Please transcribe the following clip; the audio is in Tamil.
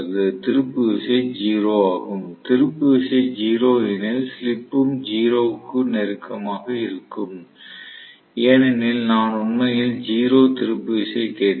திருப்பு விசை 0 ஆகும் திருப்பு விசை 0 எனில் ஸ்லிப்பும் 0 க்கு நெருக்கமாக இருக்கும் ஏனெனில் நான் உண்மையில் 0 திருப்பு விசை கேட்கிறேன்